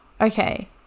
okay